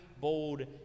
bold